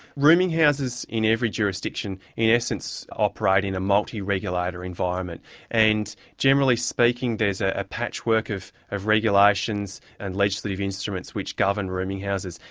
rooming houses in every jurisdiction, in essence, operate in a multi-regulator environment, and generally speaking there's ah a patchwork of of regulations and legislative instruments which govern rooming houses.